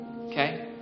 Okay